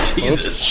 Jesus